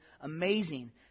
amazing